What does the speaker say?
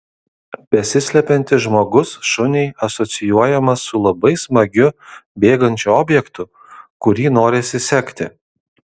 besislepiantis žmogus šuniui asocijuojamas su labai smagiu bėgančiu objektu kurį norisi sekti